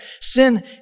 Sin